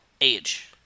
Age